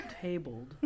tabled